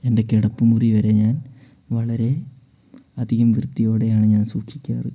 എൻ്റെ കിടപ്പ് മുറിവരെ ഞാൻ വളരെ അധികം വൃത്തിയോടെയാണ് ഞാൻ സൂക്ഷിക്കാറ്